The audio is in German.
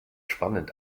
spannend